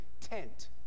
tent